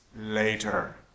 later